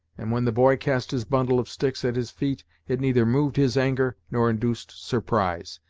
and when the boy cast his bundle of sticks at his feet, it neither moved his anger nor induced surprise.